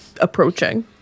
approaching